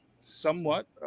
somewhat